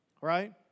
Right